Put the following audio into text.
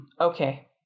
Okay